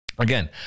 again